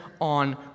on